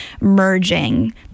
merging